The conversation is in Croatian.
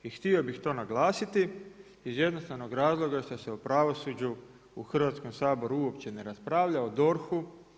I htio bi to naglasiti iz jednostavnog razloga što se u pravosuđu u Hrvatskom saboru uopće ne raspravlja, o DORH-u.